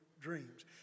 dreams